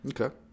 okay